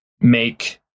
make